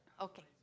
okay